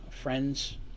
friends